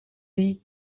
die